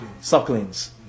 sucklings